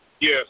Yes